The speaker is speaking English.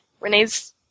Renee's